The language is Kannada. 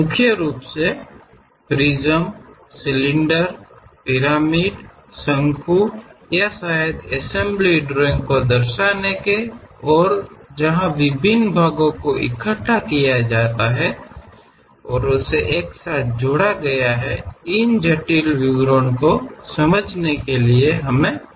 ಮುಖ್ಯವಾಗಿ ಪ್ರಿಸ್ಮ್ಗಳು ಸಿಲಿಂಡರ್ಗಳು ಪಿರಮಿಡ್ಗಳು ಕೋನ್ಸ್ ಅಥವಾ ವಿವಿಧ ಭಾಗಗಳನ್ನು ಒಟ್ಟುಗೂಡಿಸಿ ಜೋಡಣೆ ಮಾಡಲು ಈ ಸಂಕೀರ್ಣವಾದ ವಿವರಗಳನ್ನು ಅರ್ಥಮಾಡಿಕೊಳ್ಳಲು ನಮಗೆ ವಿಭಾಗಗಳು ಬೇಕಾಗುತ್ತವೆ